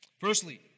Firstly